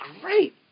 great